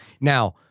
now